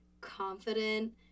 confident